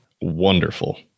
Wonderful